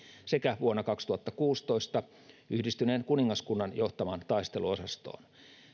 sekä vuonna kaksituhattakuusitoista yhdistyneen kuningaskunnan johtamaan taisteluosastoon